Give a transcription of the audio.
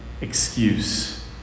excuse